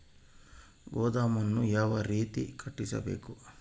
ಗೋದಾಮನ್ನು ಯಾವ ರೇತಿ ಕಟ್ಟಿಸಬೇಕು?